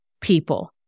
people